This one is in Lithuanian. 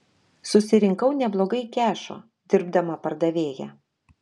susirinkau neblogai kešo dirbdama pardavėja